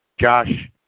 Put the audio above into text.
Josh